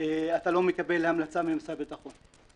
אתה לא יכול לקבל המלצה ממשרד הביטחון".